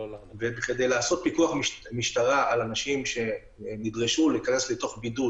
כדי לעשות פיקוח משטרה על אנשים שנדרשו להיכנס לבידוד